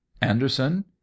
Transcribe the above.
Anderson